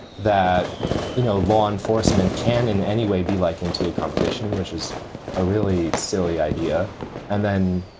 that you know law enforcement can in any way be like into a competition, which is a really silly idea and then,